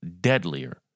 deadlier